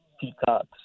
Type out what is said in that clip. peacocks